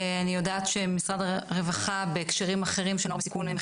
אני יודעת שמשרד הרווחה בהקשרים אחרים של נוער בסיכון מכין